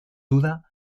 duda